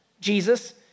Jesus